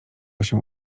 się